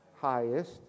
highest